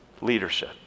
leadership